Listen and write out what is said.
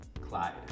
Clyde